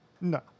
No